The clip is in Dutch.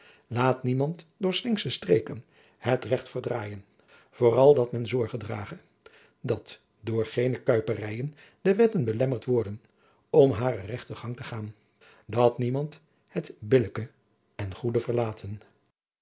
laat niemand door slinksche streken het regt verdraaijen vooral dat men zorge drage dat door geene kuiperijen de wetten belemmerd worden om haren regten gang te gaan dat niemand het billijke en goede verlate